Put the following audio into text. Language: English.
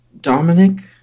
Dominic